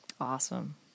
Awesome